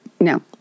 No